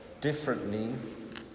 differently